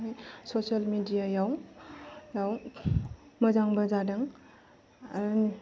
social media याव मोजांबो जादों आरो